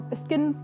skin